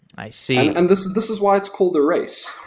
i see and this this is why it's called a race,